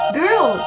girl